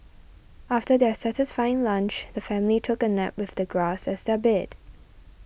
after their satisfying lunch the family took a nap with the grass as their bed